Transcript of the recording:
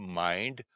mind